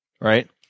right